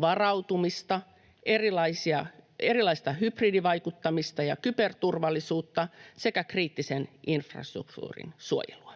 varautumista, erilaista hybridivaikuttamista ja kyberturvallisuutta sekä kriittisen infrastruktuurin suojelua.